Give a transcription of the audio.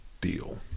deal